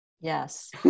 yes